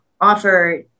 offer